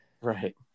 right